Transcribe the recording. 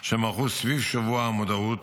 שהם ערכו סביב שבוע המודעות,